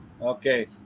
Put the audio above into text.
Okay